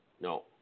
No